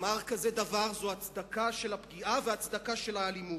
לומר כזה דבר זה הצדקה של הפגיעה והצדקה של האלימות,